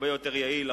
הרבה יותר יעיל,